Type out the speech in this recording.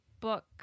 book